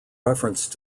reference